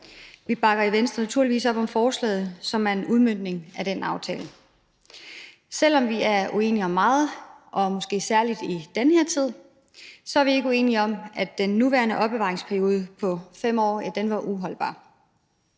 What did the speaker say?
Vi bakker i Venstre naturligvis op om forslaget, som er en udmøntning af den aftale. Selv om vi er uenige om meget og måske særlig i den her tid, så er vi ikke uenige om, at den nuværende opbevaringsperiode på 5 år var uholdbar.